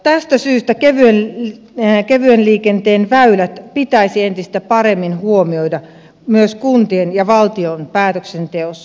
tästä syystä kevyen liikenteen väylät pitäisi entistä paremmin huomioida myös kuntien ja valtion päätöksenteossa